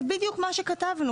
זה בדיוק מה שכתבנו.